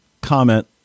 comment